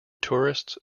tourists